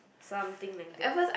something like that